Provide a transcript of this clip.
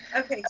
okay.